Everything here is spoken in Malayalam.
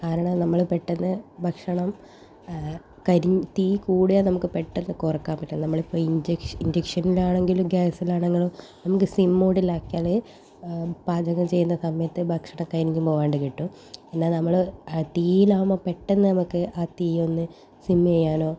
കാരണം നമ്മൾ പെട്ടെന്ന് ഭക്ഷണം കരിഞ്ഞ് തീ കൂടിയാൽ നമുക്ക് പെട്ടന്ന് കുറക്കാൻ പറ്റില്ല നമ്മളിപ്പോൾ ഇൻഡാ ഇൻഡക്ഷനിൽ ആണെങ്കിലും ഗ്യാസിൽ ആണെങ്കിലും നമുക്ക് സിം മോഡിൽ ആക്കിയാൽ പാചകം ചെയ്യുന്ന സമയത്ത് ഭക്ഷണം കരിഞ്ഞ് പോകാണ്ട് കിട്ടും പിന്നെ നമ്മൾ തീയിൽ ആകുമ്പോൾ പെട്ടന്ന് നമുക്ക് ആ തീ ഒന്ന് സിമ്മ് ചെയ്യാനോ